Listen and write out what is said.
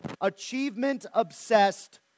achievement-obsessed